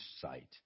sight